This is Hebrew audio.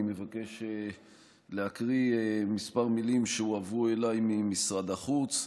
אני מבקש להקריא כמה מילים שהועברו אליי ממשרד החוץ.